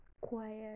quiet